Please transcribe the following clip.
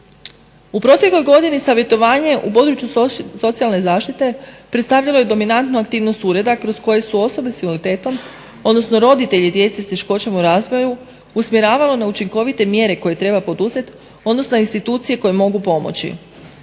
U protekloj godini savjetovanje u području socijalne zaštite predstavljalo je dominantnu aktivnost ureda kroz koje su osobe sa invaliditetom, odnosno roditelji djece s teškoćom u razvoju usmjeravalo na učinkovite mjere koje treba poduzeti, odnosno institucije koje mogu pomoći.